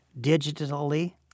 digitally